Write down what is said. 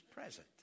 present